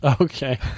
Okay